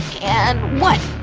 and one!